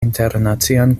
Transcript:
internacian